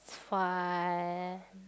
it's fun